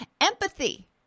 Empathy